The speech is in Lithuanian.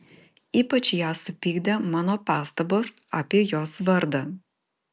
ypač ją supykdė mano pastabos apie jos vardą